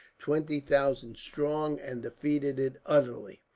twenty thousand strong, and defeated it utterly,